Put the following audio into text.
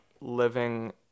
living